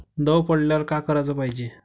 दव पडल्यावर का कराच पायजे?